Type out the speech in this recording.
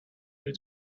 your